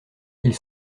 ils